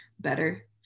better